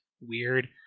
weird